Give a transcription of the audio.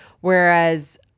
Whereas